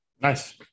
Nice